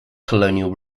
colonial